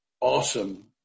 awesome